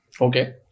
okay